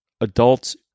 adults